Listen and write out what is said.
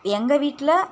எங்கள் வீட்டில